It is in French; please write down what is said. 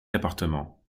appartements